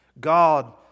God